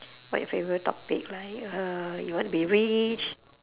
my favourite topic like uh you want to be rich